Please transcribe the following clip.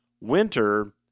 winter